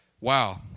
Wow